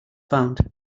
found